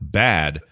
bad